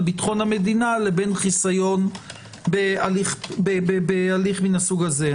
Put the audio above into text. ביטחון המדינה לבין חיסיון בהליך מסוג זה.